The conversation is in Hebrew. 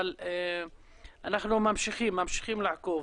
אבל אנחנו ממשיכים לעקוב.